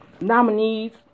nominees